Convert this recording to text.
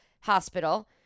Hospital